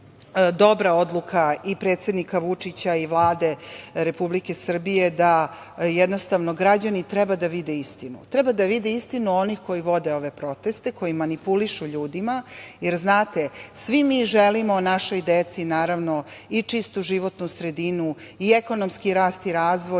dobra odluka i predsednika Vučića i Vlade Republike Srbije da građani treba da vide istinu, treba da vide istinu onih koji vode ove proteste, koji manipulišu ljudima, jer znate, svi mi želimo našoj deci, naravno, i čistu životnu sredinu i ekonomski rast i razvoj,